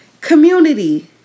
community